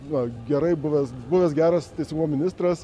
va gerai buvęs buvęs geras teisingumo ministras